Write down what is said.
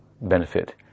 benefit